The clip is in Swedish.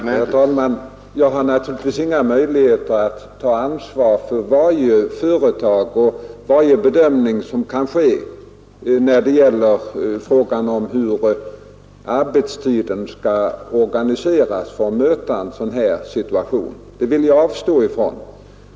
Herr talman! Jag har naturligtvis inga möjligheter att ta ansvar för varje företag och varje bedömning som görs när det gäller frågan hur arbetstiden skall organiseras för att möta en sådan här situation. Det vill jag avstå från.